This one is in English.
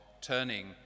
turning